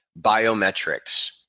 Biometrics